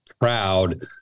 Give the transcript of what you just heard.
proud